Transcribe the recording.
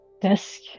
desk